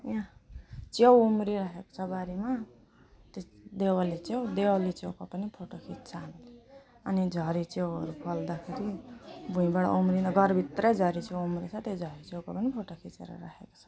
यहाँ च्याउ उम्रिराखेको छ बारीमा त्यो देवाली च्याउ देवाली च्याउको पनि फोटो खिच्छ अनि झरी च्याउहरू फल्दाखेरि भुइँबाट उम्रिँदा घरभित्र झरी च्याउ उम्रिन्छ त्यही झरी च्याउको पनि फोटो खिचेर राखेको छ